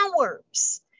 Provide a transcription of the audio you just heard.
hours